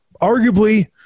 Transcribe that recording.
Arguably